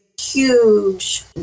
Huge